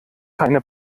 keine